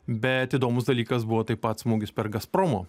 bet įdomus dalykas buvo taip pat smūgis per gazpromo